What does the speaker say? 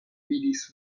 gvidis